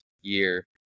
year